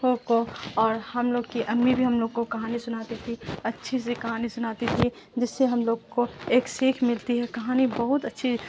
اوں کو اور ہم لوگ کی امی بھی ہم لوگ کو کہانی سناتی تھی اچھی سی کہانی سناتی تھی جس سے ہم لوگ کو ایک سیکھ ملتی ہے کہانی بہت اچھی